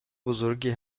بزرگی